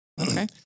okay